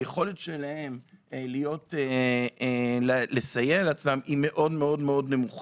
היכולת שלהם לסייע לעצמם היא מאוד נמוכה.